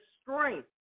strength